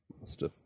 Master